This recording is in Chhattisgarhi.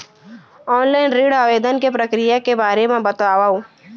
ऑनलाइन ऋण आवेदन के प्रक्रिया के बारे म बतावव?